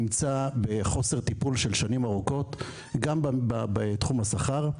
הוא נמצא בחוסר טיפול של שנים ארוכות גם בתחום השכר,